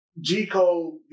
G-Code